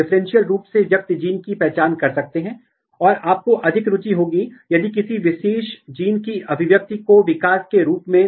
database में आप केवल अपने जीन की आईडी डाल सकते हैं आप जान सकते हैं कि कौन से जीन हैं जो उस जीन के साथ सह अभिव्यक्त होते हैं